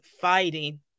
fighting